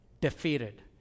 defeated